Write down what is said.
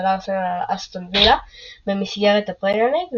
ארסנל על אסטון וילה במסגרת הפרמייר ליג,